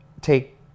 take